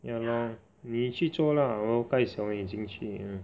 ya lor 你去做 lah 我 gai xiao 你进去